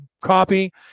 copy